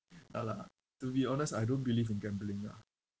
ya lah to be honest I don't believe in gambling ah